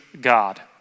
God